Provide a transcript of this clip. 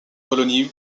colonies